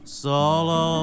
solo